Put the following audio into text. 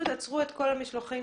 עצרו את כל המשלוחים